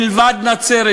מלבד נצרת,